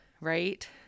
right